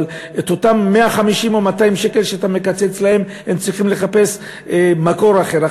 אבל את אותם 150 או 200 שקל שאתה מקצץ להם הם צריכים לחפש במקור אחר,